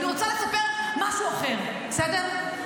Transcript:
אני רוצה לספר משהו אחר, בסדר?